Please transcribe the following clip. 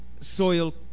soil